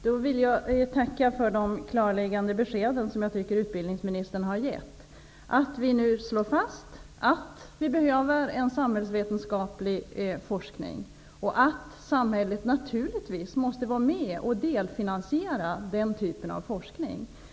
Fru talman! Jag vill tacka för de klarläggande beskeden som jag tycker att utbildningsministern har gett. Vi slår nu fast att vi behöver en samhällsvetenskaplig forskning och att samhället naturligtvis måste vara med och delfinansiera den typen av forskning.